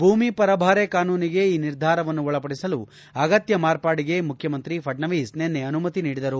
ಭೂಮಿ ಪರಭಾರೆ ಕಾನೂನಿಗೆ ಈ ನಿರ್ಧಾರವನ್ನು ಒಳಪಡಿಸಲು ಅಗತ್ತ ಮಾರ್ಪಾಟಗೆ ಮುಖ್ಯಮಂತ್ರಿ ಫಡ್ನವೀಸ್ ನಿನ್ನೆ ಅನುಮತಿ ನೀಡಿದರು